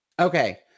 Okay